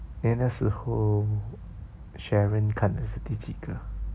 then 那时候 sharon 看的是第几个